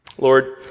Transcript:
Lord